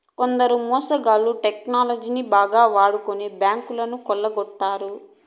కొందరు మోసగాళ్ళు టెక్నాలజీని బాగా వాడి ఎన్నో బ్యాంకులను కొల్లగొట్టారు